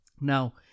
Now